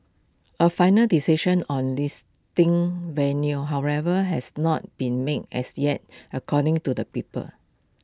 A final decision on this ding venue however has not been made as yet according to the people